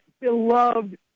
beloved